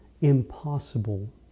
impossible